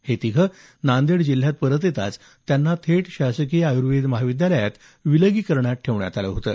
हे तिघे नांदेड जिल्ह्यात परत येताच त्यांना थेट शासकीय आयुर्वेद महाविद्यालयात विलगीकरणात ठेवण्यात आलं होतं